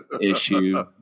issue